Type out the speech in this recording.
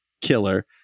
Killer